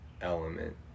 element